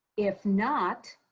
if not,